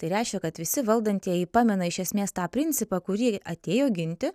tai reiškia kad visi valdantieji pamena iš esmės tą principą kurį atėjo ginti